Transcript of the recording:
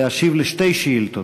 להשיב על שתי שאילתות.